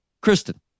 Kristen